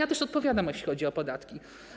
A ja odpowiadam, jeśli chodzi o podatki.